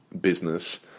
business